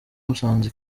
musanze